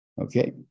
Okay